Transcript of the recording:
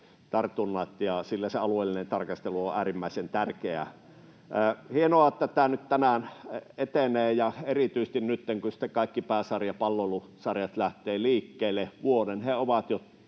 tartunnat — alueellinen tarkastelu on äärimmäisen tärkeää. Hienoa, että tämä nyt tänään etenee — erityisesti nyt, kun kaikki palloilun pääsarjat lähtevät liikkeelle. Vuoden he ovat jo